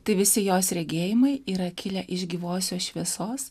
tai visi jos regėjimai yra kilę iš gyvosios šviesos